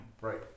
Right